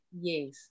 yes